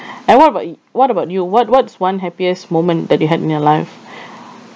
and what about y~ what about you what what's one happiest moment that you had in your life